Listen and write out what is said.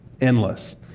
endless